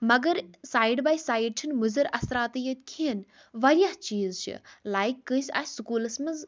مگر side by side چھِنہٕ مُضِر اَثراتٕے یوٗت کہیٖنۍ واریاہ چیٖز چھِ لایک کٲنٛسہِ آسہِ سکوٗلَس منٛز